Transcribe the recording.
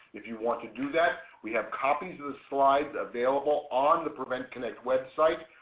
if you want to do that. we have copies of the slides available on the prevent connect website.